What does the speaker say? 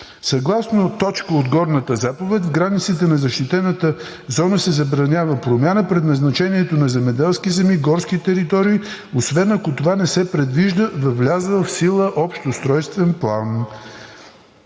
Съгласно точка от горната заповед, в границите на защитената зона се забранява – промяна предназначението на земеделски земи, горски територии, освен ако това не се предвижда във влязъл в сила общ устройствен план,